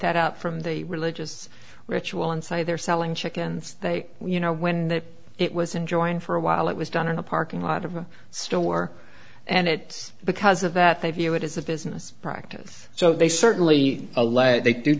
that out from the religious ritual inside they're selling chickens they you know when it was enjoying for a while it was done in a parking lot of a store and it's because of that they view it as a business practice so they certainly allege they do